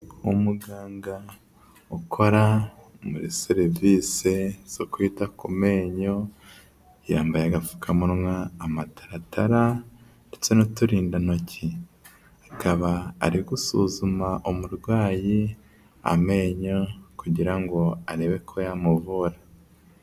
Umuganga ukora muri serivise zo kwita ku menyo, yambaye agapfukamunwa, amataratara ndetse n'uturindantoki, akaba ari gusuzuma umurwayi amenyo kugira ngo arebe ko yamuvura.